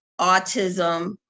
autism